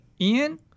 Ian